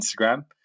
instagram